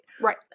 right